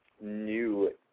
new